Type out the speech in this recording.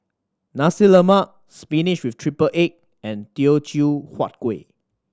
Nasi Lemak spinach with triple egg and Teochew Huat Kuih